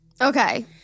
Okay